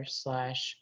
slash